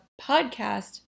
podcast